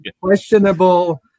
questionable